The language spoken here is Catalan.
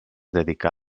dedicà